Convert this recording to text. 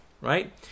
Right